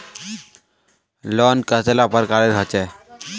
Loan कतेला प्रकारेर होचे?